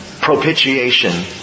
propitiation